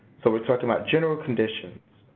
so we're talking about general conditions,